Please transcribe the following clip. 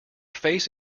face